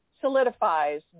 solidifies